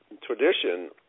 tradition